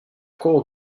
cours